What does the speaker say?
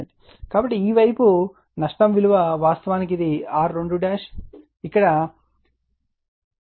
కాబట్టి ఈ వైపు నష్టం విలువ వాస్తవానికి ఇది R2అక్కడ I22 అవుతుంది